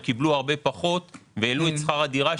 הם קיבלו הרבה פחות והעלו את שכר הדירה שלהם.